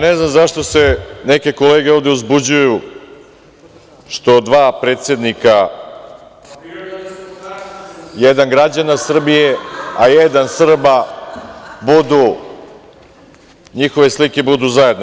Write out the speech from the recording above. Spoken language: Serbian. Ne znam zašto se neke kolege ovde uzbuđuju što dva predsednika, jedan građana Srbije, a jedan Srba, njihove slike budu zajedno.